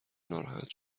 ناراحت